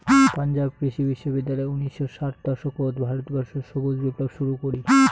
পাঞ্জাব কৃষি বিশ্ববিদ্যালয় উনিশশো ষাট দশকত ভারতবর্ষত সবুজ বিপ্লব শুরু করি